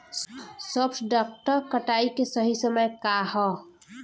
सॉफ्ट डॉ कटाई के सही समय का ह?